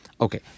Okay